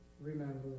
Remember